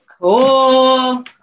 Cool